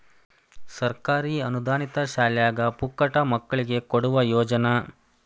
ಸರ್ಕಾರಿ ಅನುದಾನಿತ ಶಾಲ್ಯಾಗ ಪುಕ್ಕಟ ಮಕ್ಕಳಿಗೆ ಕೊಡುವ ಯೋಜನಾ